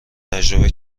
تجربه